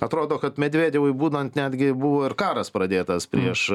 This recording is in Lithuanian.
atrodo kad medvedevui būnant netgi buvo ir karas pradėtas prieš